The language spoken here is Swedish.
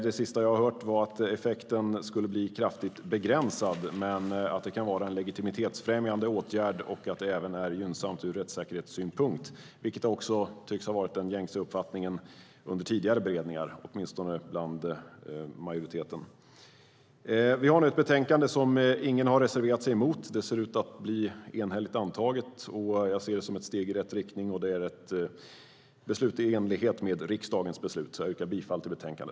Det sista jag hörde var att effekten skulle bli kraftigt begränsad, men att det kan vara en legitimitetsfrämjande åtgärd och att det även är gynnsamt ur rättssäkerhetssynpunkt, vilket också tycks ha varit den gängse uppfattningen under tidigare beredningar, åtminstone bland majoriteten. Vi har nu ett betänkande som ingen har reserverat sig emot. Det ser ut att bli enhälligt antaget i enlighet med riksdagens beslut. Jag ser det som ett steg i rätt riktning. Jag yrkar bifall till förslaget i utskottets betänkande.